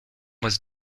was